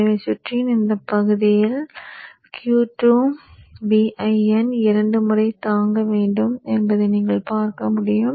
எனவே சுற்றின் இந்த பகுதியில் Q2 Vin 2 முறை தாங்க வேண்டும் என்பதை நீங்கள் பார்க்க முடியும்